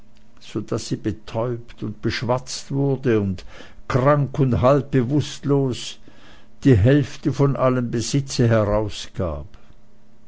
so daß sie betäubt und beschwatzt wurde und krank und halb bewußtlos die hälfte von allem besitze herausgab